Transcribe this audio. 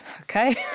okay